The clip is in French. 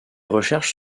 recherches